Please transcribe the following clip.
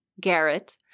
Garrett